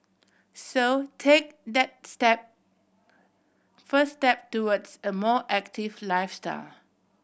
so take that step first step towards a more active lifestyle